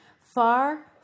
Far